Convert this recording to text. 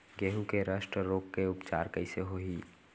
गेहूँ के रस्ट रोग के उपचार कइसे होही?